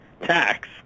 tax